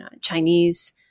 Chinese